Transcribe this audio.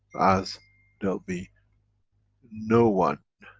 as there'll be no one